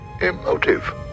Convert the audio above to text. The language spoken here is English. Emotive